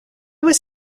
was